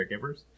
caregivers